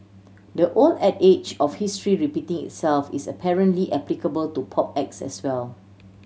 the old adage of history repeating itself is apparently applicable to pop acts as well